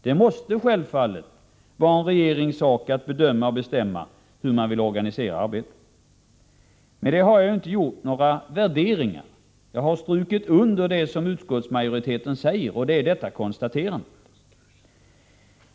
Det måste självfallet vara en regerings sak att bedöma och bestämma hur den skall organisera arbetet. Med detta har jag inte gjort några värderingar; jag har strukit under det konstaterande som utskottsmajoriteten gör.